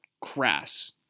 crass